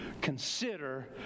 consider